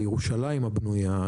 על ירושלים הבנויה,